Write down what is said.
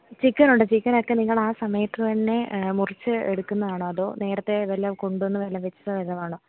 chicken ഉണ്ട് chicken ഒക്കെ നിങ്ങൾ ആ സമയത്ത് തന്നെ മുറിച്ച് എടുക്കുന്നതാണോ അതോ നേരത്തേ വല്ലതും കൊണ്ടുവന്ന് വല്ലതും വെച്ചത് വല്ലതും ആണോ